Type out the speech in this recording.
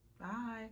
Bye